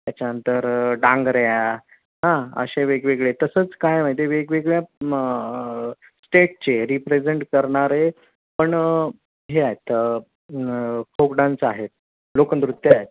त्याच्यानंतर डांगऱ्या हां असे वेगवेगळे तसंच काय माहिती आहे वेगवेगळ्या स्टेटचे रिप्रेझेंट करणारे पण हे आहेत फोक डान्स आहेत लोकनृत्यं आहेत